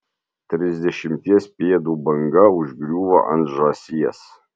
trisdešimties pėdų banga užgriūva ant žąsies